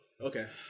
Okay